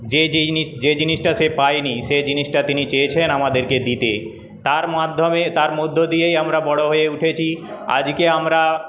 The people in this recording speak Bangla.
যে জিনিসটা সে পাইনি সেই জিনিসটা তিনি চেয়েছেন আমাদেরকে দিতে তার মাধ্যমে তার মধ্য দিয়েই আমরা বড়ো হয়ে উঠেছি আজকে আমরা